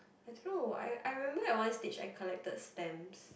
I don't know I I remember at one stage I collected stamps